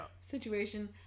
situation